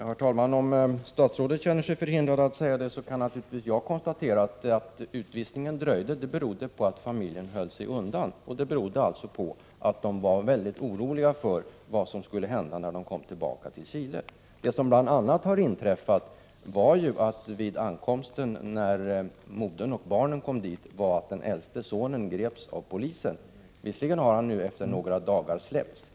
Herr talman! Om statsrådet känner sig förhindrad att uttala sig, kan jag naturligtvis konstatera att orsaken till att utvisningen dröjde var att familjen höll sig undan, vilket i sin tur berodde på att man var väldigt orolig för vad som skulle hända när man kom tillbaka till Chile. Bl.a. har följande inträffat: När modern och barnen kom tillbaka till Chile greps den äldste sonen av polisen. Visserligen har han nu, några dagar senare, släppts.